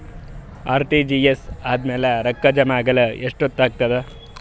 RTGS ಆದ್ಮೇಲೆ ರೊಕ್ಕ ಜಮಾ ಆಗಲು ಎಷ್ಟೊತ್ ಆಗತದ?